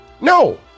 No